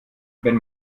wenn